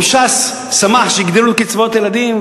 אם ש"ס שמחה שיגדלו קצבאות הילדים,